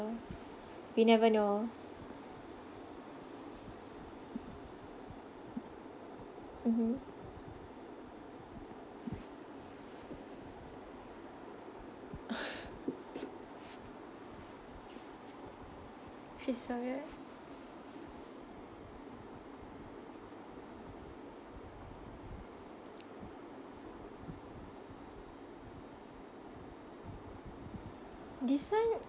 we never know mmhmm she's so weird this [one]